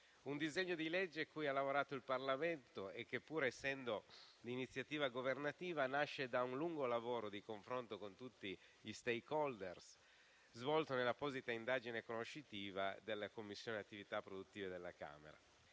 un disegno di legge cui ha lavorato il Parlamento e che, pur essendo d'iniziativa governativa, nasce da un lungo lavoro di confronto con tutti gli *stakeholder,* svolto nell'apposita indagine conoscitiva della Commissione attività produttive, commercio